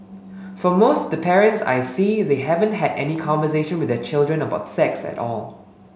for most the parents I see they haven't had any conversation with their children about sex at all